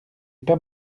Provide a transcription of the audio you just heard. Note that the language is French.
pas